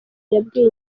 yabwiye